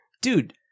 Dude